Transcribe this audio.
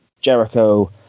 Jericho